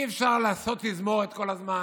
שאי-אפשר לעשות תזמורת כל הזמן,